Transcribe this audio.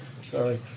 Sorry